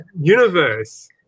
universe